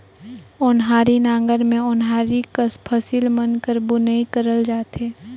ओन्हारी नांगर मे ओन्हारी कस फसिल मन कर बुनई करल जाथे